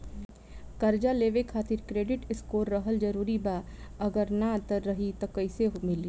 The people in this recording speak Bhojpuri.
कर्जा लेवे खातिर क्रेडिट स्कोर रहल जरूरी बा अगर ना रही त कैसे मिली?